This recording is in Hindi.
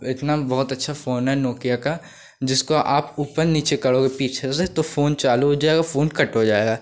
वो इतना बहुत अच्छा फ़ोन है नोकिया का जिसको आप ऊपर नीचे करोगे पीछे से तो फ़ोन चालू हो जाएगा फ़ोन कट हो जाएगा